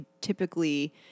typically